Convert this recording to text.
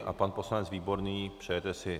A pan poslanec Výborný přejete si?